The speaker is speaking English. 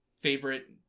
favorite